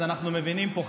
אז אנחנו מבינים פה,